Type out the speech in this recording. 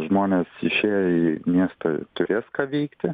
žmonės išėję į miestą turės ką veikti